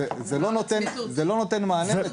זה לא נותן מענה.